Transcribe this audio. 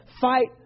fight